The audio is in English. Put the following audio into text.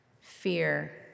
fear